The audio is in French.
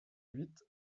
huit